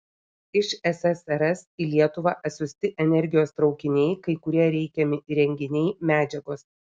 iš ssrs į lietuvą atsiųsti energijos traukiniai kai kurie reikiami įrenginiai medžiagos